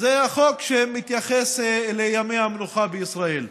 זה החוק שמתייחס לימי המנוחה בישראל.